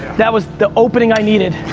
that was the opening i needed.